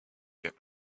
get